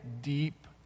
deep